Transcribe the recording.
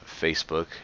facebook